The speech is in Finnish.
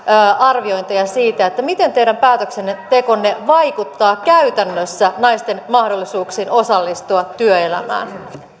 arviointeja siitä miten teidän päätöksenne tekonne vaikuttavat käytännössä naisten mahdollisuuksiin osallistua työelämään